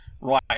right